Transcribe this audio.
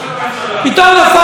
פתאום נפל לי האסימון,